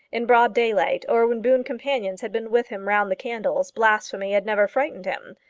in broad daylight, or when boon companions had been with him round the candles, blasphemy had never frightened him.